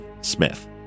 Smith